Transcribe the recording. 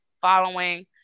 following